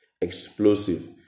explosive